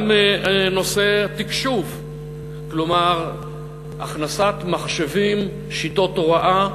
גם נושא התקשוב, כלומר הכנסת מחשבים, שיטות הוראה,